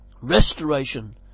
Restoration